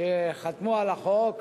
שחתמו על החוק,